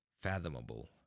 fathomable